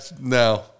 no